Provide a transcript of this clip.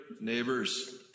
neighbors